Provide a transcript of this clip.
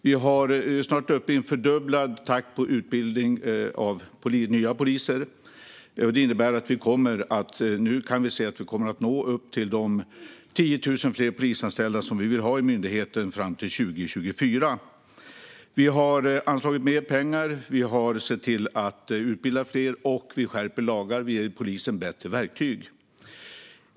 Vi är snart uppe i en fördubblad takt när det gäller utbildning av nya poliser. Det innebär att vi nu kan se att vi kommer att nå upp till de 10 000 fler polisanställda som vi vill ha i myndigheten fram till 2024. Vi har anslagit mer pengar. Vi har sett till att det utbildas fler. Och vi skärper lagar. Vi ger polisen bättre verktyg.